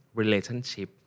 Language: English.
relationship